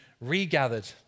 regathered